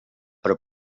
però